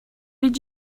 did